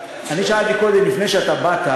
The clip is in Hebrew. יש הרבה רצון ויש הרבה מאוד הצלחות,